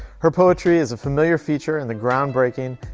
her poetry is a familiar feature in the groundbreaking,